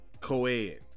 Co-ed